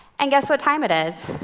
and guess what time it is?